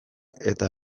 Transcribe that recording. eta